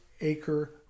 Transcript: acre